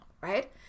right